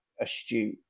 astute